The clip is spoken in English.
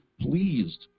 pleased